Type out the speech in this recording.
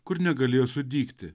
kur negalėjo sudygti